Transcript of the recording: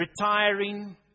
retiring